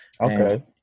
Okay